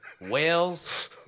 whales